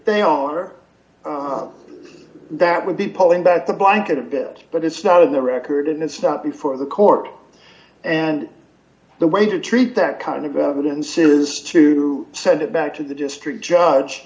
they are that would be pulling back the blanket a bit but it's not in the record and it's not before the court and the way to treat that kind of evidence is to send it back to the district judge